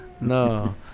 no